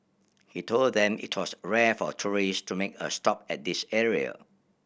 he told them it was rare for tourist to make a stop at this area